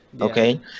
Okay